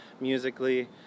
musically